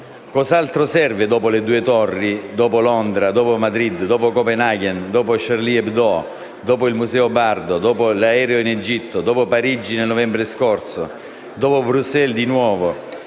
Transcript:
Cos'altro serve dopo le due torri, dopo Londra, dopo Madrid, dopo Copenaghen, dopo «Charlie Hebdo», dopo il museo Bardo, dopo l'aereo in Egitto, dopo Parigi nel novembre scorso, dopo Bruxelles, per